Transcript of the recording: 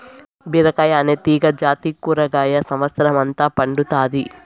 బీరకాయ అనే తీగ జాతి కూరగాయ సమత్సరం అంత పండుతాది